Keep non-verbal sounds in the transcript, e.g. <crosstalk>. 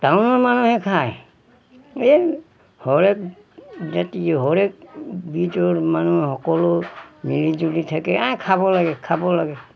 টাউনৰ মানুহে খায় এই <unintelligible> মানুহ সকলো মিলি জুলি থাকে খাব লাগে খাব লাগে